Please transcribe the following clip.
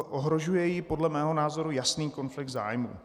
Ohrožuje ji podle mého názoru jasný konflikt zájmů.